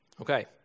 Okay